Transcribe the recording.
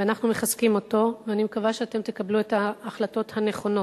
ואנחנו מחזקים אותו ואני מקווה שאתם תקבלו את ההחלטות הנכונות.